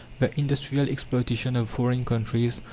the industrial exploitation of foreign countries,